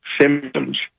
symptoms